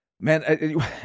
Man